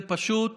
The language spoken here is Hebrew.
זה פשוט